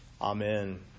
Amen